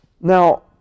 Now